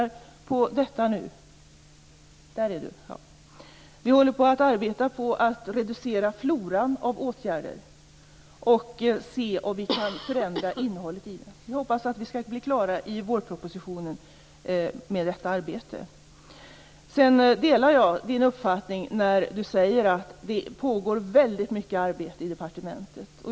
Vi håller nu på att arbeta med detta. Vi strävar för att reducera floran av åtgärder och undersöker om vi kan förändra innehållet i dem. Vi hoppas bli klara i vårpropositionen med detta arbete. Jag delar din uppfattning att det pågår väldigt mycket arbete i departementet.